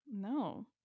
No